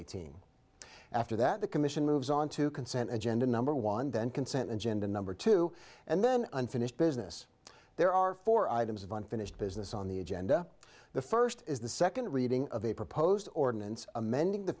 eighteen after that the commission moves on to consent agenda number one then consent and gender number two and then unfinished business there are four items of unfinished business on the agenda the first is the second reading of a proposed ordinance amending the